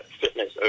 fitness